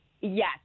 Yes